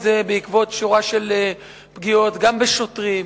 זה בעקבות שורה של פגיעות גם בשוטרים,